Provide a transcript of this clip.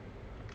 mmhmm